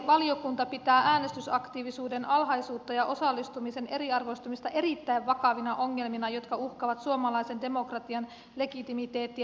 valiokunta pitää äänestysaktiivisuuden alhaisuutta ja osallistumisen eriarvoistumista erittäin vakavina ongelmia jotka uhkaavat suomalaisen demokratian legitimiteettiä